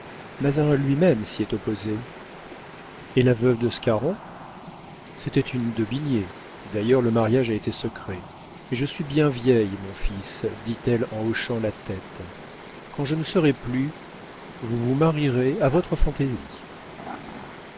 mazarin lui-même s'y est opposé et la veuve de scarron c'était une d'aubigné d'ailleurs le mariage a été secret mais je suis bien vieille mon fils dit-elle en hochant la tête quand je ne serai plus vous vous marierez à votre fantaisie